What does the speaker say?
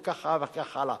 וכך הלאה וכך הלאה.